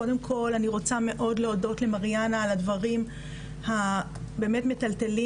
קודם כל אני רוצה מאוד להודות למריאנה על הדברים באמת המטלטלים